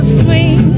swing